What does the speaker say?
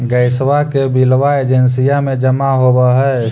गैसवा के बिलवा एजेंसिया मे जमा होव है?